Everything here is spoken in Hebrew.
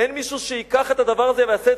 אין מישהו שייקח את הדבר הזה ויעשה את